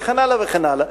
וכן הלאה וכן הלאה.